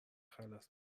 خلاص